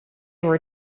were